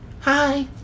Hi